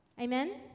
Amen